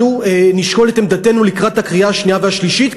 אנחנו נשקול את עמדתנו לקראת הקריאה השנייה והשלישית,